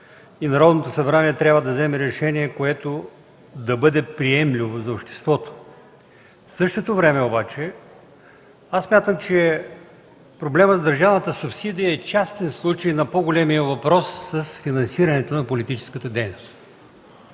Народното събрание трябва да вземе решение, което да бъде приемливо в обществото. В същото време обаче аз смятам, че проблемът с държавната субсидия е частен случай на по-големия въпрос – финансирането на политическата дейност.